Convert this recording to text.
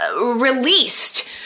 released